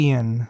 Ian